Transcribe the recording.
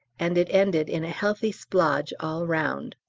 and it ended in a healthy splodge all round.